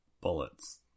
bullets